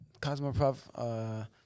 Cosmoprof